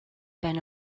ben